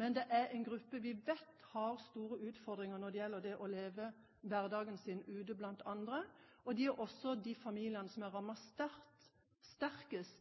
Men det er en gruppe vi vet har store utfordringer når det gjelder det å leve hverdagen sin ute blant andre. Det er også de familiene som er rammet sterkest